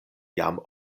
jam